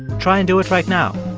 try and do it right now.